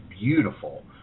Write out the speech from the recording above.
beautiful